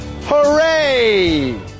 Hooray